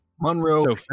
Monroe